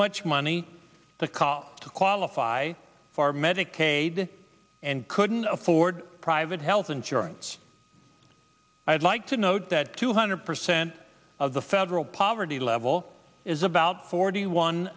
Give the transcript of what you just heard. much money to call to qualify for medicaid and couldn't afford private health insurance i'd like to note that two hundred percent of the federal poverty level is about forty one